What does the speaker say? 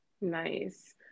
Nice